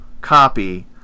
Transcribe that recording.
copy